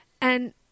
and-